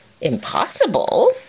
Impossible